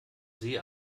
see